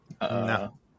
No